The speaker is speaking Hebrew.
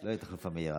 לא תהיה תחלופה מהירה.